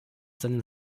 seinen